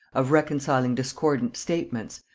of reconciling discordant statements,